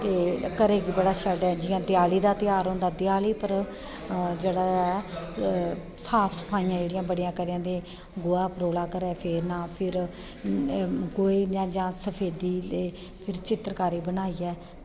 घरै गी बड़ा शैल बनांदे जियां देआली दा ध्यार होंदा देआली पर जेह्ड़ा ऐ साफ सफाइयां जेह्ड़ियां करदे गोहा परोला घरा फेरना फिर कोई जां इंया सफेदी दी चित्तरकारी बनाइयै